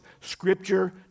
Scripture